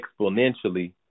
exponentially